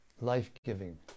life-giving